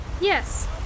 Yes